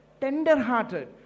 tender-hearted